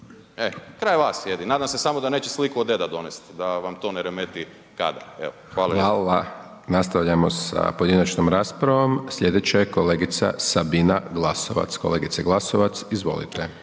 baš, kraj vas sjedi. Nadam se samo da neće sliku od dede donest da vam to ne remeti kadar. Hvala. **Hajdaš Dončić, Siniša (SDP)** Hvala. Nastavljamo sa pojedinačnom raspravom, sljedeća je kolegica Sabina Glasovac. Kolegice Glasovac, izvolite.